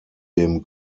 dem